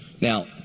Now